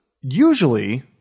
usually